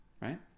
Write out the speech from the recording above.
right